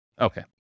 Okay